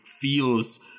feels